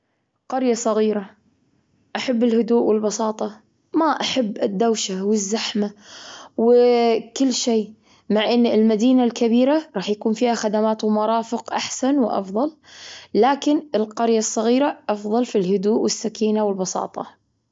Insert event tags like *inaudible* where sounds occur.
قرية صغيرة، أحب الهدوء والبساطة. ما أحب الدوشة والزحمة و *hesitation* كل شيء. مع أن المدينة الكبيرة راح يكون فيها خدمات ومرافق أحسن وأفضل، لكن القرية الصغيرة أفظل في الهدوء والسكينة والبساطة.